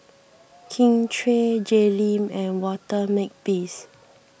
Kin Chui Jay Lim and Walter Makepeace